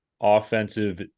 Offensive